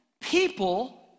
people